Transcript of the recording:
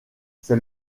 c’est